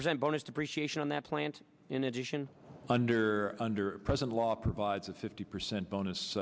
percent bonus depreciation on that plant in addition under under present law provides that fifty percent bonus